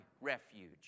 refuge